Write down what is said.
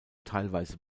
teilweise